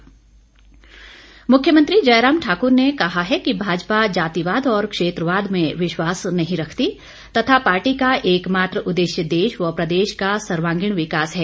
मुख्यमंत्री मुख्यमंत्री जयराम ठाकुर ने कहा है कि भाजपा जातिवाद और क्षेत्रवाद में विश्वास नहीं रखती तथा पार्टी का एकमात्र उद्देश्य देश व प्रदेश का सर्वागीण विकास है